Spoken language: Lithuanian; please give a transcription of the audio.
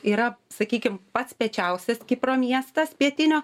yra sakykim pats piečiausias kipro miestas pietinio